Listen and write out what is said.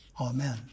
Amen